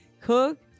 cook